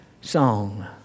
song